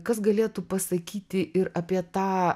kas galėtų pasakyti ir apie tą